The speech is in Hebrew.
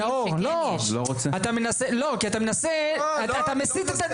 אתם רוצים לתת לי